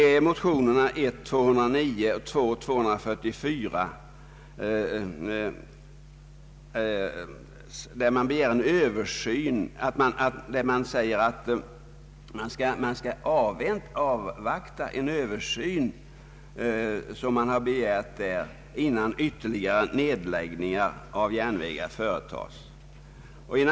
I motionerna 1: 209 och II: 244 yrkas att man skall avvakta en översyn, som begärts i motionerna, innan ytterligare nedläggningar av järnvägar företas.